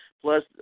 plus